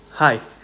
Hi